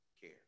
care